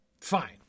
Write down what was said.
Fine